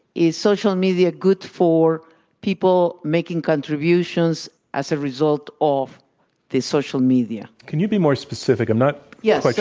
is social media good for people making contributions as a result of the social media. can you be more specific? i'm not yes. like